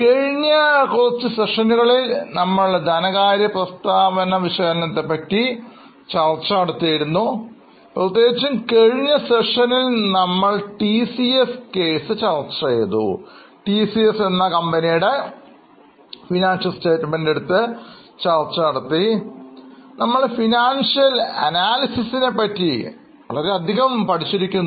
കഴിഞ്ഞ കുറച്ച് സെഷനുകളിൽ നമ്മൾ ധനകാര്യ പ്രസ്താവന വിശകലനത്തെ കുറിച്ച് ചർച്ച ചെയ്തിരുന്നുപ്രത്യേകിച്ചും കഴിഞ്ഞ സെഷനിൽ നമ്മൾ TCS കേസ് ചർച്ച ചെയ്തു നമ്മൾ സാമ്പത്തിക വിശകലനത്തെ കുറിച്ച് ക അധികം പഠിച്ചിരിക്കുന്നു